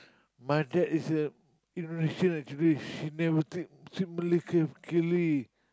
my dad is a Indonesian actually she never speak speak Malay clearly